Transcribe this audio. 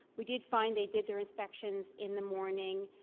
we did find they did their inspections in the morning.